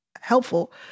helpful